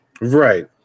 Right